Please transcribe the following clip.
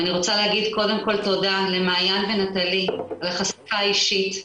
ואני רוצה להגיד קודם כל למעיין ונטלי על החשיפה האישית,